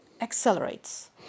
accelerates